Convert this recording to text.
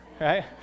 Right